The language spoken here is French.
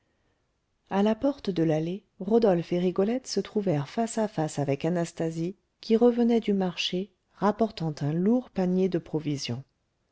à la porte de l'allée rodolphe et rigolette se trouvèrent face à face avec anastasie qui revenait du marché rapportant un lourd panier de provisions